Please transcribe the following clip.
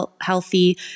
healthy